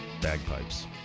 bagpipes